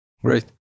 great